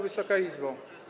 Wysoka Izbo!